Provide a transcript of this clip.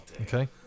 Okay